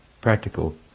practical